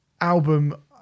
album